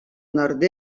nord